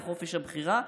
לחופש הבחירה,